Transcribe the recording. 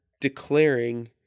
Declaring